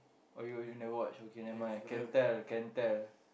oh you you never watch okay never mind can tell can tell